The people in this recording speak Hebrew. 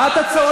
מה אתה צועק?